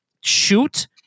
shoot